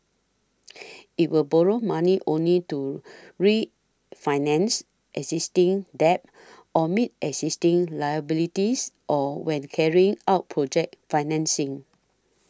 it will borrow money only to refinance existing debt or meet existing liabilities or when carrying out project financing